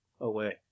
away